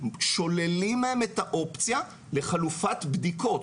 שוללים מהם את האופציה לחלופת בדיקות,